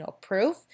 proof